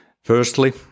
Firstly